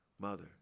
Mother